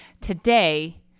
today